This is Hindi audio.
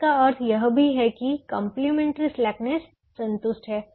जिसका अर्थ यह भी है कि कंप्लीमेंट्री स्लैकनेस संतुष्ट है